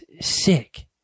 sick